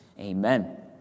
amen